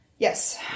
Yes